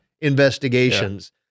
Investigations